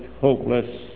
hopeless